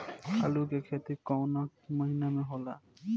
आलू के खेती कवना महीना में होला?